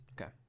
Okay